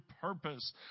purpose